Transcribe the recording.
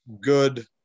Good